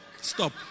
stop